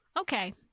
Okay